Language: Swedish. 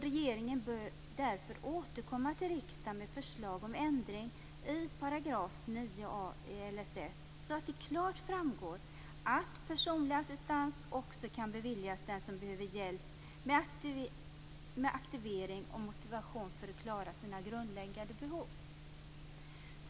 Regeringen bör därför återkomma till riksdagen med förslag om ändring i § 9a i LSS så att det klart framgår att personlig assistans också kan beviljas den som behöver hjälp med aktivering och motivation för att klara sina grundläggande behov.